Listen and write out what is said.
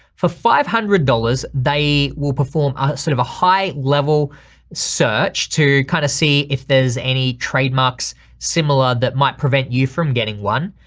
for five hundred dollars they will perform a sort of a high level search to kinda see if there's any trademarks similar that might prevent you from getting one,